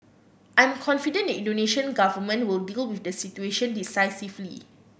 I am confident the Indonesian Government will deal with the situation decisively